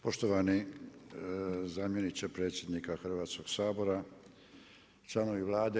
Poštovani zamjeniče predsjednika Hrvatskoga sabora, članovi Vlade.